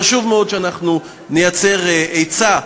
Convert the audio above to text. חשוב מאוד שאנחנו נייצר היצע בשוק,